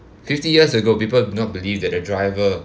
fifty years ago people would not believe that a driver